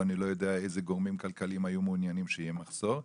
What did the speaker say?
ואני לא יודע אילו גורמים כלכליים היו מעוניינים שיהיה מחסור.